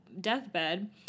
deathbed